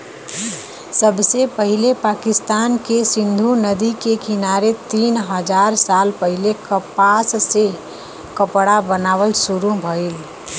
सबसे पहिले पाकिस्तान के सिंधु नदी के किनारे तीन हजार साल पहिले कपास से कपड़ा बनावल शुरू भइल